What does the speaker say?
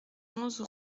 onze